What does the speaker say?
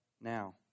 now